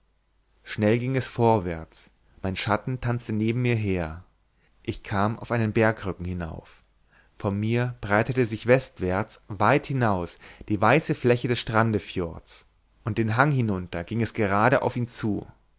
schnell ging es vorwärts mein schatten tanzte neben mir her ich kam auf einen bergrücken hinauf vor mir breitete sich westwärts weit hinaus die weiße fläche des strandefjords und den hang hinunter ging es gerade auf ihn zu